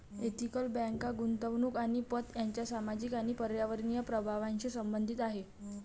ethical bank गुंतवणूक आणि पत यांच्या सामाजिक आणि पर्यावरणीय प्रभावांशी संबंधित आहे